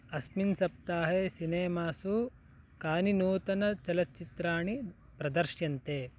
अस्मिन् सप्ताहे सिनेमासु कानि नूतनचलच्चित्राणि प्रदर्श्यन्ते